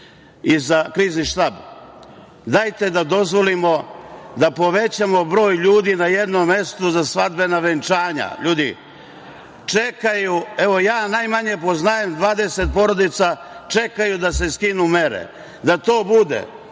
i za Krizni štab. Dajte da dozvolimo da povećamo broj ljudi na jednom mestu za svadbena venčanja. Ljudi čekaju, evo, ja najmanje poznajem 20 porodica, čekaju da se skinu mere, da to bude